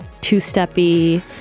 two-steppy